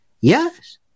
Yes